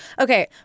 Okay